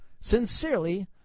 Sincerely